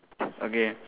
okay